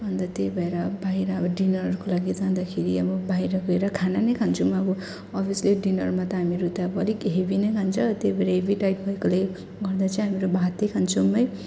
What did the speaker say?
अन्त त्यही भएर बाहिर अब डिनरहरूको लागि जाँदाखेरि अब बाहिर गएर खाना नै खान्छौँ अब अभियसली डिनरमा त हामीहरू त अब अलिक हेभी नै खान्छौँ त्यही भएर हेभी डाइट भएकोले गर्दा चाहिँ हामी भातै खान्छौँ है